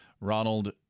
Ronald